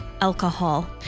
alcohol